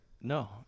No